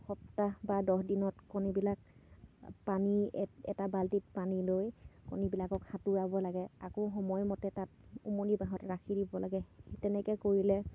সপ্তাহ বা দহ দিনত কণীবিলাক পানী এটা বাল্টিত পানী লৈ কণীবিলাকক সাঁতোৰাব লাগে আকৌ সময়মতে তাত উমনি বাঁহত ৰাখি দিব লাগে সেই তেনেকৈ কৰিলে